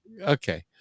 Okay